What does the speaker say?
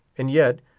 and yet,